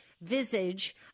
visage